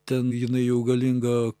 ten jinai jau galinga